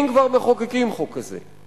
אם כבר מחוקקים חוק כזה,